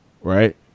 right